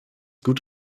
gut